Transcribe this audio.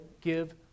give